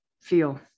feel